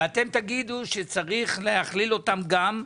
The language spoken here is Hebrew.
ואתם תגידו שצריך להכליל אותם גם,